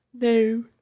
no